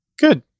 Good